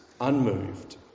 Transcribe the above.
unmoved